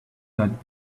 that